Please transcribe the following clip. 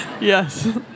Yes